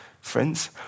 Friends